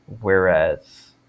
whereas